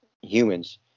humans